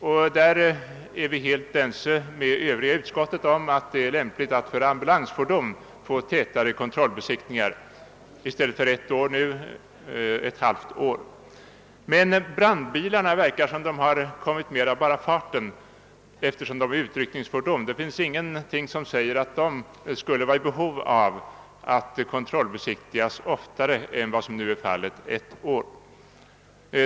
Vi reservanter är helt ense med övriga ledamöter i utskottet om att det är lämpligt att ambulansfordonen undergår tätare kontrollbesiktningar än nu är fallet — en kontrollbesiktning inom sex månader i stället för inom ett år. Men det verkar som om brandbilarna kommit med av bara farten eftersom de är utryckningsfordon. Det finns ingenting som säger att de skulle vara i behov av att besiktigas oftare än nu är fallet, nämligen efter ett år.